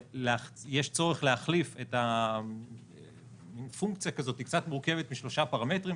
יש צורך להחליף מין פונקציה כזאת קצת מורכבת משלושה פרמטרים,